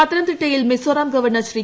പത്തനംതിട്ടയിൽ മിസ്സോറാം ഗവർണർ ശ്രീ